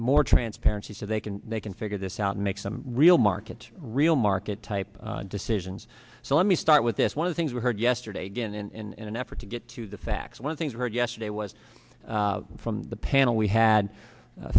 more transparency so they can they can figure this out and make some real market real market type decisions so let me start with this one of things we heard yesterday again in an effort to get to the facts one things heard yesterday was from the panel we had